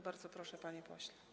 Bardzo proszę, panie pośle.